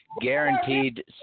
guaranteed